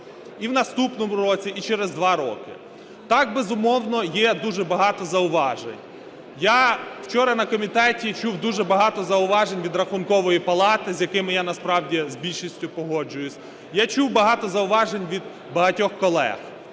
І в наступному році, і через два роки. Так, безумовно, є дуже багато зауважень. Я вчора на комітеті чув дуже багато зауважень від Рахункової палати, з якими я насправді, з більшістю, погоджуюсь. Я чув багато зауважень від багатьох колег.